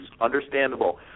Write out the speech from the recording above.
Understandable